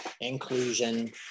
inclusion